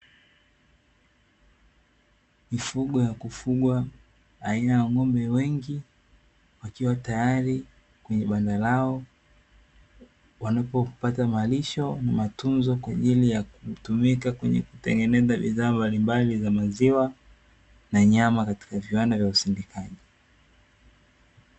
Mifugo ya kufugwa aina ya ng'ombe wengi wakiwa tayari kwenye banda lao, wanapopata malisho matunzo kwa ajili ya kutumika kwenye kutengeneza bidhaa mbalimbali za maziwa na nyama katika viwanda vya usindikaji